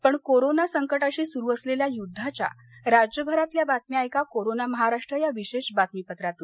पण कोरोना संकटाशी सुरू असलेल्या युद्धाच्या राज्यभरातल्या बातम्या ऐका कोरोना महाराष्ट्र या विशेष बातमीपत्रातून